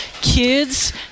kids